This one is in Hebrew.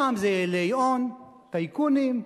פעם זה אילי הון, טייקונים,